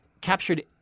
captured